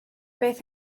beth